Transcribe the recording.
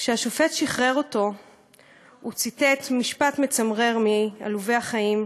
כשהשופט שחרר אותו הוא ציטט משפט מצמרר מ"עלובי החיים":